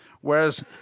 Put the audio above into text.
whereas